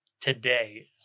today